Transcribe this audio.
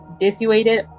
dissuaded